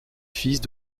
fils